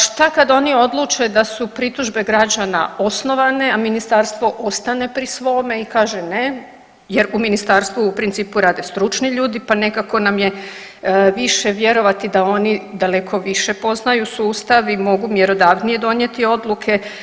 Šta kad oni odluče da su pritužbe građane osnovane, a Ministarstvo ostane pri svome i kaže ne jer u Ministarstvu u principu rade stručni ljudi pa nekako nam je više vjerovati da oni daleko više poznaju sustav i mogu mjerodavnije donijeti odluke.